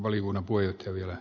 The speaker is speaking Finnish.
arvoisa puhemies